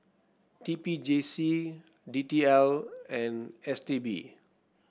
T P J C D T L and S T B